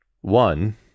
One